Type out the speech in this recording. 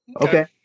Okay